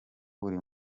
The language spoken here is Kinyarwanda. buri